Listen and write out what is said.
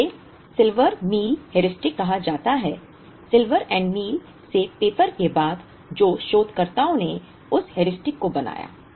इसे Silver Meal heuristic कहा जाता है सिल्वर एंड मील से पेपर के बाद जो शोधकर्ताओं ने उस हेयरिस्टिक को बनाया